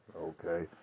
Okay